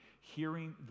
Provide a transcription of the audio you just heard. hearing